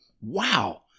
Wow